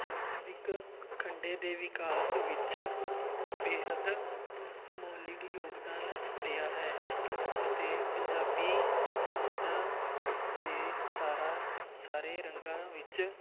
ਸੰਸਕ੍ਰਿਤ ਖੰਡੇ ਦੇ ਵਿਕਾਸ ਵਿੱਚ ਬੇਹੱਦ ਮੌਲਿਕ ਯੋਗਦਾਨ ਦਿਆ ਹੈ ਅਤੇ ਪੰਜਾਬੀ ਸਮੁੰਦਾ ਦੇ ਸਾਰਾ ਸਾਰੇ ਰੰਗਾਂ ਵਿੱਚ